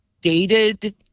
dated